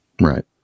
Right